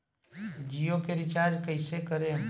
जियो के रीचार्ज कैसे करेम?